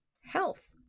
health